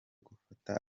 gufata